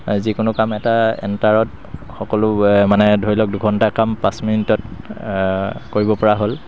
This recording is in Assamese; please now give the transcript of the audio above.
যিকোনো কাম এটা এণ্টাৰত সকলো মানে ধৰিলওক দুঘণ্টাৰ কাম পাঁচ মিনিটত কৰিব পৰা হ'ল